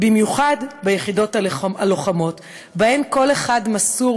במיוחד ביחידות הלוחמות, שבהן כל אחד מסור